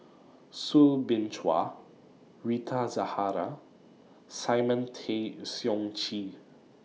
Soo Bin Chua Rita Zahara and Simon Tay Seong Chee